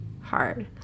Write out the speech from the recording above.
hard